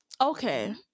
okay